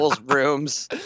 rooms